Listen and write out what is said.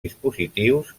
dispositius